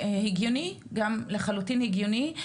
הגיוני, גם לחלוטין הגיוני.